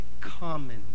common